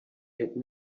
had